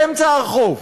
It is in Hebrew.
באמצע הרחוב,